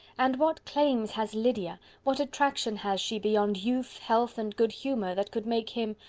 and what claims has lydia what attraction has she beyond youth, health, and good humour that could make him,